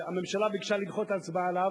הממשלה ביקשה לדחות את ההצבעה עליו,